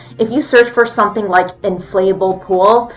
if you search for something like inflatable pool,